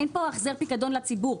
אין פה החזר פיקדון לציבור.